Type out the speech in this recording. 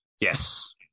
Yes